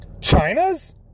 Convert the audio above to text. China's